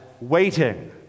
waiting